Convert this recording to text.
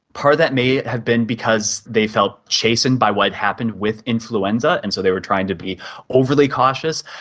part of that may have been because they felt chastened by what happened with influenza and so they were trying to be overly cautious,